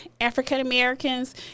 African-Americans